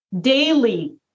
Daily